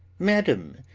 madam,